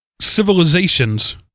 civilizations